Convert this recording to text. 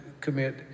commit